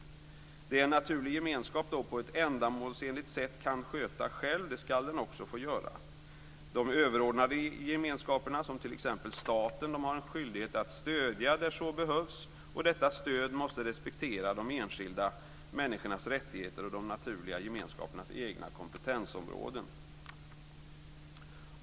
Det en naturlig gemenskap på ett ändamålsenligt sätt kan sköta själv ska den också få sköta. De överordnade gemenskaperna, som t.ex. staten, har en skyldighet att stödja där så behövs, och detta stöd måste respektera de enskilda människornas rättigheter och de naturliga gemenskapernas egna kompetensområden.